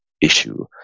issue